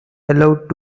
allowed